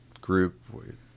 group